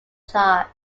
charge